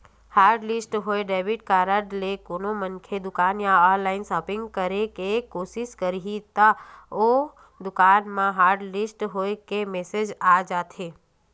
hotlist होए debit card ले कोनो मनखे दुकान या ऑनलाईन सॉपिंग करे के कोसिस करही त ओ दुकान म हॉटलिस्ट होए के मेसेज आ जाथे